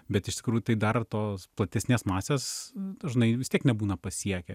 bet iš tikrųjų tai dar tos platesnės masės dažnai vis tiek nebūna pasiekę